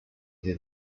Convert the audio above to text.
did